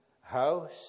house